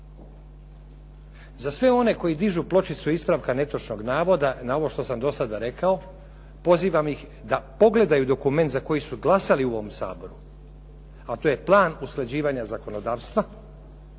Za sve one koji dižu pločicu ispravka netočnog navoda na ovo što sam sve rekao pozivam vas da pogledaju dokument za koji su glasali u ovom Saboru, a to je plan usklađivanja zakonodavstva